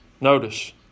notice